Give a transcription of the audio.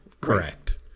correct